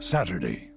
Saturday